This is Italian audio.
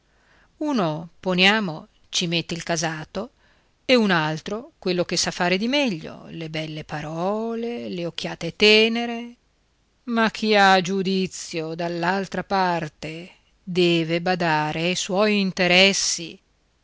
uno poniamo ci mette il casato e un altro quello che sa fare di meglio le belle parole le occhiate tenere ma chi ha giudizio dall'altra parte deve badare ai suoi interessi